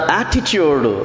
attitude